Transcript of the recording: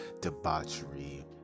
debauchery